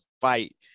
fight